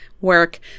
Work